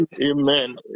Amen